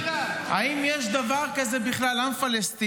האם בכלל יש דבר כזה עם פלסטיני?